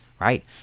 Right